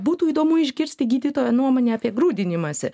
būtų įdomu išgirsti gydytojo nuomonę apie grūdinimąsi